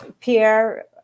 Pierre